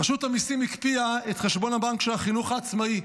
רשות המיסים הקפיאה את חשבון הבנק של החינוך העצמאי,